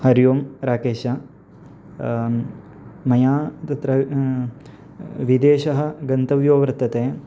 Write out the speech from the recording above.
हरिः ओं राकेश मया तत्र विदेशः गन्तव्यः वर्तते